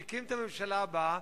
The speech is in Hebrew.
שהקים את הממשלה הבאה,